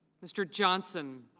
mr. johnson.